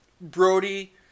Brody